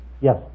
Yes